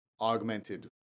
augmented